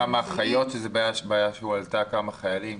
כמה אחיות, כמה חיילים.